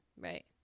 Right